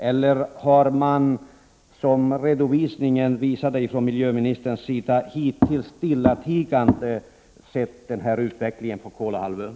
Eller har man, som miljöministerns redovisning visade, hittills stillatigande åsett utvecklingen på Kolahalvön?